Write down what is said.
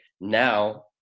now